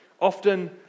Often